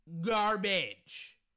Garbage